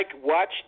watch